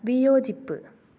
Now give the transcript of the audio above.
വിയോജിപ്പ്